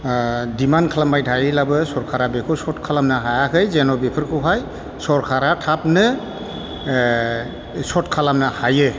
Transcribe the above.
demand खालामबाय थायोलाबो सरखारा बेखौ सर्ट खालामनो हायाखै जेन' बेफोरखौहाय सरखारा थाबनो ओ सर्ट खालामनो हायो